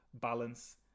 balance